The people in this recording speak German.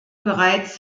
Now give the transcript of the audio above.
bereits